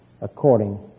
according